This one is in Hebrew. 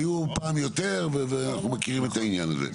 היו פעם יותר ואנחנו מכירים את העניין הזה.